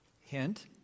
Hint